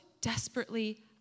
desperately